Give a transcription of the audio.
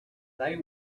they